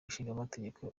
nshingamategeko